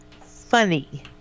funny